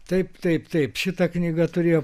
taip taip taip šita knyga turėjo